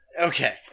Okay